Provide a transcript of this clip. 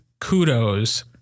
kudos